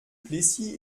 plessis